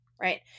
right